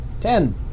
Ten